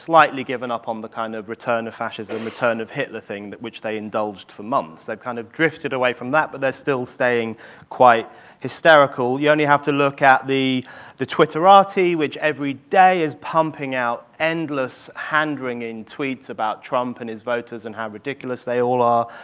slightly given up on the kind of return to fascism, return of hitler thing, which they indulged for months. they've kind of drifted away from that, but they're still staying quite hysterical. you only have to look at the the twitterati, which every day is pumping out endless hand-wringing tweets about trump and his voters and how ridiculous they all are,